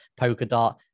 Polkadot